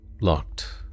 locked